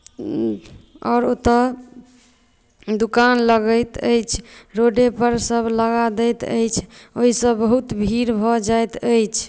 आओर ओतय दोकान लगैत अछि रोडेपर सभ लगा दैत अछि ओहिसँ बहुत भीड़ भऽ जाइत अछि